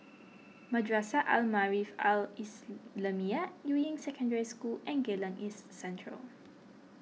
Madrasah Al Maarif Al Islamiah Yuying Secondary School and Geylang East Central